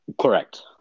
Correct